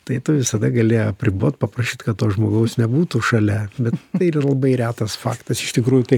tai tu visada gali apribot paprašyt kad to žmogaus nebūtų šalia bet tai yra labai retas faktas iš tikrųjų tai